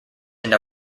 end